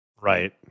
Right